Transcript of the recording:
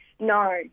No